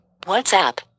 WhatsApp